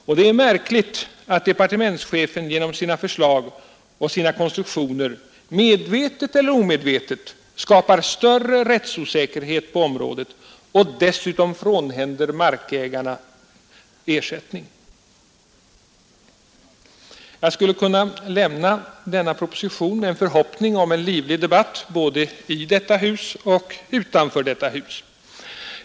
Och det är märkligt att departementschefen genom sina förslag och sina konstruktioner medvetet eller omedvetet skapar större rättsosäkerhet på området och dessutom frånhänder markägarna rätten till ersättning. Jag skulle kunna lämna denna proposition med en förhoppning om livlig debatt både i och utanför detta hus.